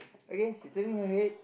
okay she's turning her head